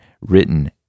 written